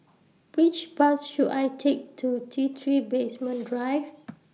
Which Bus should I Take to T three Basement Drive